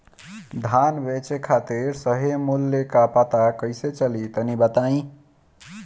धान बेचे खातिर सही मूल्य का पता कैसे चली तनी बताई?